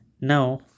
now